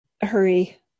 hurry